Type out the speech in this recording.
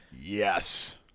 Yes